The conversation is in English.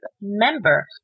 member